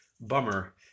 bummer